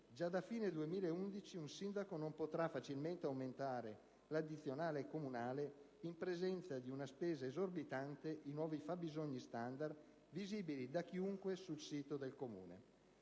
già da fine 2011 un sindaco non potrà facilmente aumentare l'addizionale comunale in presenza di una spesa esorbitante i nuovi fabbisogni *standard*, visibili da chiunque sul sito del Comune.